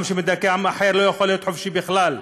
עם שמדכא עם אחר לא יכול להיות חופשי בכלל.